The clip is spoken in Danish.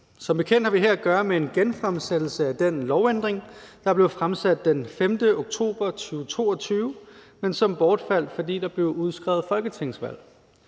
Som bekendt har vi her at gøre med en genfremsættelse af det ændringslovforslag, der blev fremsat den 5. oktober 2022, men som bortfaldt, fordi der blev udskrevet folketingsvalg.